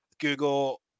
google